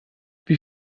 wie